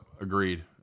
agreed